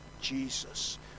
Jesus